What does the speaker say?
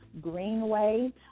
Greenway